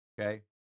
Okay